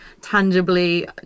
tangibly